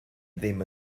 ddim